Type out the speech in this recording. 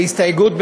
בהסתייגות,